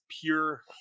pure